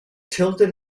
tilted